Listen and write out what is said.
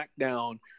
SmackDown